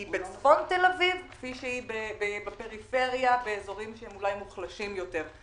היא בצפון תל אביב כפי שהיא בפריפריה באזורים שהם מוחלשים יותר.